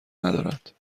ندارد